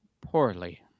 poorly